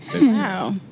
Wow